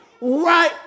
right